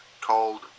called